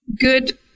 good